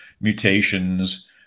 mutations